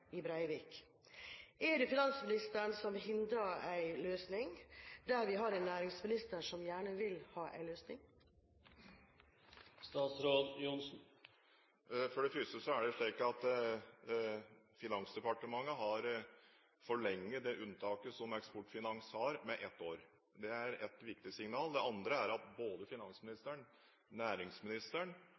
i Brevik. Er det finansministeren som hindrer en løsning, da vi har en næringsminister som gjerne vil ha en løsning? For det første er det slik at Finansdepartementet har forlenget det unntaket som Eksportfinans har, med ett år. Det er et viktig signal. Det andre er at både finansministeren, næringsministeren